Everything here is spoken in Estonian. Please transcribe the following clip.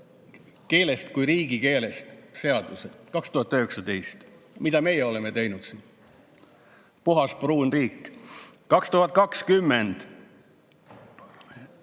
keele kui riigikeele seaduse. 2019. Mida meie oleme teinud siin? Puhas pruun riik. 2020